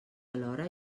alhora